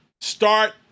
start